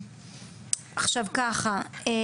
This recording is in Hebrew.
אני